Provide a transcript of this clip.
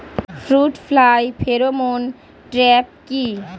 Fruit fly pheromone trap কি?